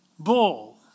Bull